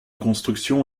construction